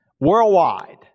Worldwide